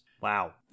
Wow